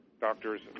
doctors